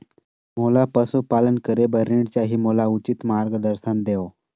मोला पशुपालन करे बर ऋण चाही, मोला उचित मार्गदर्शन देव?